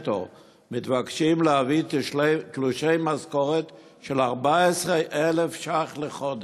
מתבקשים להביא תלושי משכורת של 14,000 שקל לחודש.